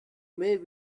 may